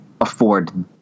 afford